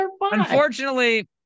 Unfortunately